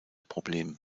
problem